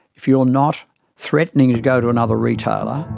if you're not threatening to go to another retailer,